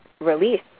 release